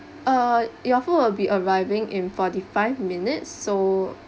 uh your food will be arriving in forty five minutes so